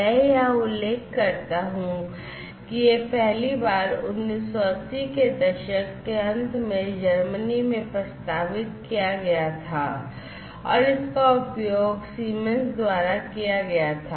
मैं यहां उल्लेख करता हूं कि यह पहली बार 1980 के दशक के अंत में जर्मनी में प्रस्तावित किया गया था और इसका उपयोग Siemens द्वारा किया गया था